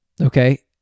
okay